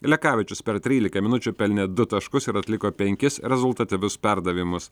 lekavičius per trylika minučių pelnė du taškus ir atliko penkis rezultatyvius perdavimus